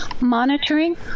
Monitoring